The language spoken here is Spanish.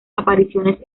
apariciones